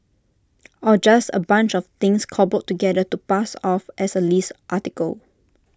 or just A bunch of things cobbled together to pass off as A list article